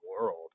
world